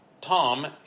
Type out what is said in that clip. Tom